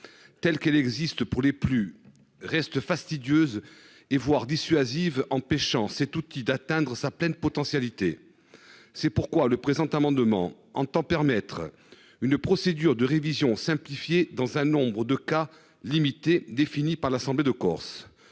telle qu'elle existe pour les plus reste fastidieuses. Et voire dissuasive empêchant cet outil d'atteindre sa pleine potentialités. C'est pourquoi le présent amendement entend permettre une procédure de révision simplifiée dans un nombre de cas limités définis par l'Assemblée de Corse.